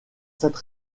cette